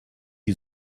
die